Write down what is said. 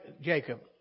Jacob